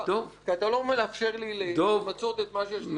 כי אתה לא מאפשר לי למצות את מה שיש לי לומר.